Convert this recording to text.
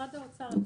משרד האוצר.